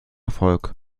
erfolg